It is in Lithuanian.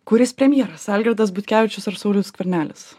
kuris premjeras algirdas butkevičius ar saulius skvernelis